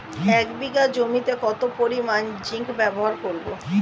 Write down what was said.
এক বিঘা জমিতে কত পরিমান জিংক ব্যবহার করব?